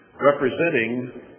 representing